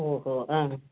ஓஹோ ஆ